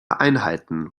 einheiten